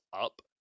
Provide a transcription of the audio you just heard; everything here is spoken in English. up